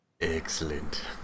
Excellent